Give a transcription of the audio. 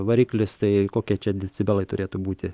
variklis tai kokie čia decibelai turėtų būti